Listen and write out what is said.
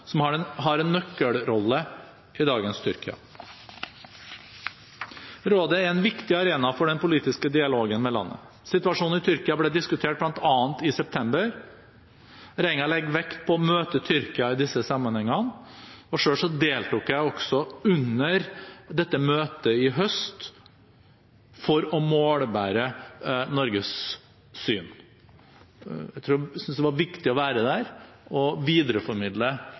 grunnlovsendringene før den kommende folkeavstemningen. Tyrkia er et fremtredende medlem av Europarådet, som har en nøkkelrolle i dagens Tyrkia. Rådet er en viktig arena for den politiske dialogen med landet. Situasjonen i Tyrkia ble diskutert bl.a. i september. Regjeringen legger vekt på å møte Tyrkia i disse sammenhengene. Selv deltok jeg også under dette møtet i høst for å målbære Norges syn. Jeg syntes det var viktig å være der og videreformidle